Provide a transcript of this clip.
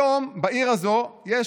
היום, בעיר הזו יש